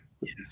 yes